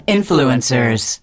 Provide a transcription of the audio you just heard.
Influencers